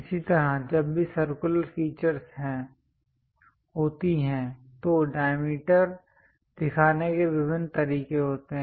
इसी तरह जब भी सर्कुलर फीचरस् होती हैं तो डायमीटर दिखाने के विभिन्न तरीके होते हैं